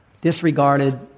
disregarded